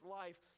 life